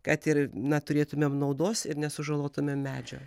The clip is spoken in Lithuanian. kad ir na turėtumėm naudos ir nesužalotumėm medžio